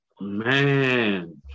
Man